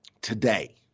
today